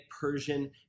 Persian